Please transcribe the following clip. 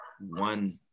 one